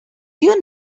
you